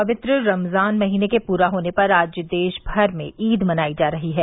पवित्र रमजान महीने के पूरा होने पर आज देश भर में ईद मनाई जा रही है